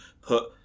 put